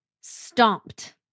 stomped